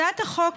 הצעת החוק